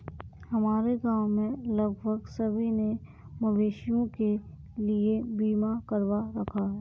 हमारे गांव में लगभग सभी ने मवेशियों के लिए बीमा करवा रखा है